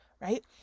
right